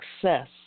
success